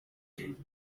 mugenzi